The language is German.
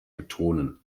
betonen